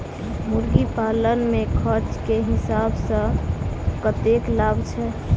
मुर्गी पालन मे खर्च केँ हिसाब सऽ कतेक लाभ छैय?